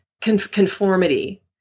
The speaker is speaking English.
conformity